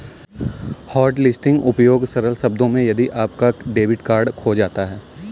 hotlisting उपयोग सरल शब्दों में यदि आपका डेबिट कार्ड खो जाता है